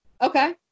Okay